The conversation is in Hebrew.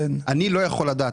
אני לא יכול לדעת,